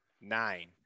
nine